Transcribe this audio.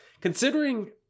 considering